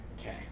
Okay